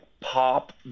pop